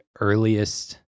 earliest